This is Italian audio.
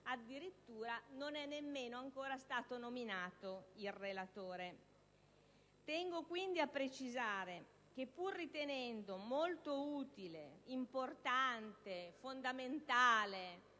addirittura non è stato ancora nominato il relatore. Tengo quindi a precisare che, pur ritenendo molto utile, importante, fondamentale